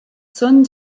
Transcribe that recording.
són